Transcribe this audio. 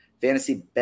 fantasy